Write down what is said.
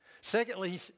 Secondly